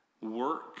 work